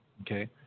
okay